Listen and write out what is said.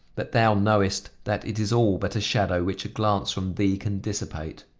but thou knowest that it is all but a shadow, which a glance from thee can dissipate.